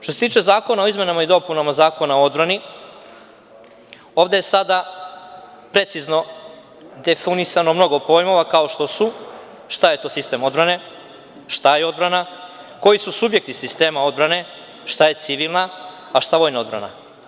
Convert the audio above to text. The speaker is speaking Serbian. Što se tiče zakona o izmenama i dopunama Zakona o odbrani, ovde je sada precizno definisano mnogo pojmova, kao što su: šta je to sistem odbrane, šta je odbrana, koji su subjekti sistema odbrane, šta je civilna, a šta vojna odbrana.